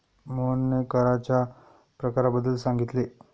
मोहनने कराच्या प्रकारांबद्दल सांगितले